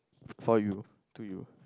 for you to you